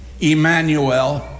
emmanuel